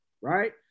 right